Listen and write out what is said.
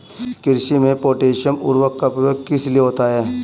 कृषि में पोटैशियम उर्वरक का प्रयोग किस लिए होता है?